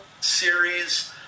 series